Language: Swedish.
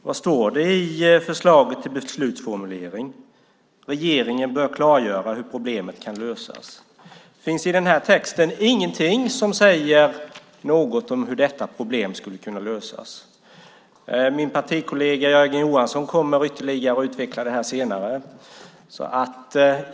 Vad står det i förslaget till beslutsformulering? Regeringen bör klargöra hur problemet kan lösas. Det finns i denna text ingenting som säger något om hur detta problem skulle kunna lösas. Min partikollega Jörgen Johansson kommer att utveckla detta ytterligare senare.